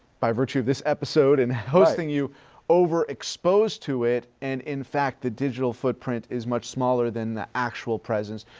by virtue of this episode and hosting you over exposed to it, and in fact the digital footprint is much smaller than the actual presence.